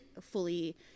fully